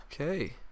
Okay